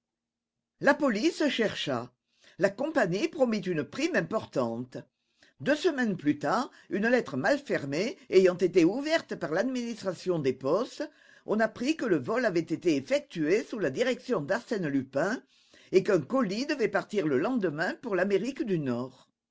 la police chercha la compagnie promit une prime importante deux semaines plus tard une lettre mal fermée ayant été ouverte par l'administration des postes on apprit que le vol avait été effectué sous la direction d'arsène lupin et qu'un colis devait partir le lendemain pour l'amérique du nord